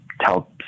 tell